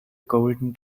golden